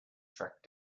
tracked